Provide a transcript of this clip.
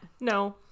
No